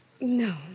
No